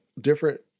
different